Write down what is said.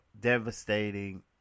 devastating